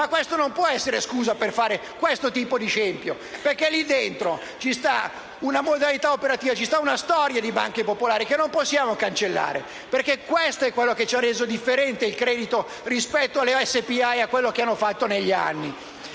Ma questa non può essere una scusa per fare questo tipo di scempio, perché c'è una modalità operativa e c'è una storia delle banche popolari che non possiamo cancellare. Questo è quello che ha reso differente questo tipo di credito rispetto alle SpA e a quello che hanno fatto negli anni.